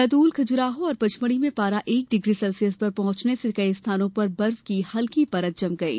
बैतूल खजुराहो और पचमढ़ी में पारा एक डिग्री सेल्सियस पर पहुंचने से कई स्थानों पर बर्फ की हल्की परत जम गयी